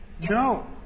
No